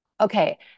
Okay